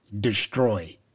Destroy